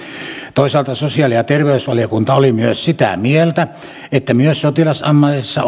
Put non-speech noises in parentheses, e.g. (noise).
toisaalta sosiaali ja terveysvaliokunta oli myös sitä mieltä että myös sotilasammatissa (unintelligible)